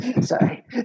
Sorry